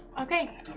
Okay